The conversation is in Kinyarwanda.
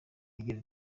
igira